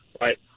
right